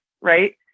Right